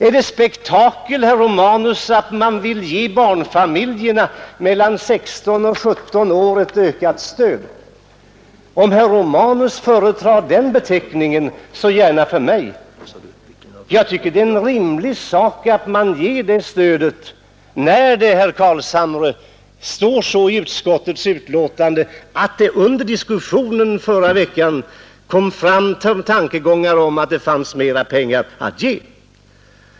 Är det spektakel, herr Romanus, att man ville ge familjer med barn mellan 16 och 17 år ett ökat stöd? Om herr Romanus föredrar den beteckningen, så gärna för mig. Jag tycker det är rimligt att ge det stödet, när det står i utskottets betänkande att det under diskussionen förra veckan kom fram tankegångar om att det fanns mer pengar att ge.